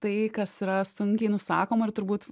tai kas yra sunkiai nusakoma ir turbūt